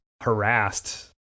harassed